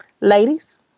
Ladies